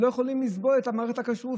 לא יכולים לסבול את מערכת הכשרות.